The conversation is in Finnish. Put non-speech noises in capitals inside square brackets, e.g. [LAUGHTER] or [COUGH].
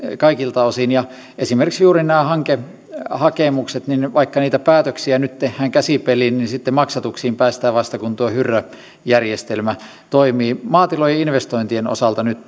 kaikilta osin esimerkiksi juuri nämä hankehakemukset vaikka niitä päätöksiä nyt tehdään käsipelin niin sitten maksatuksiin päästään vasta kun tuo hyrrä järjestelmä toimii maatilojen investointien osalta nyt [UNINTELLIGIBLE]